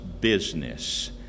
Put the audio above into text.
business